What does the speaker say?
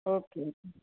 okay